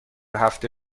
هفته